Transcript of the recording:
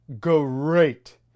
great